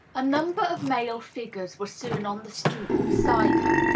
a number of male figures were soon on the stoop beside her.